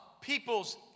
people's